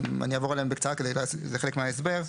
אני אעבור עליהם בקצרה, זה חלק מההסבר.